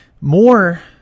more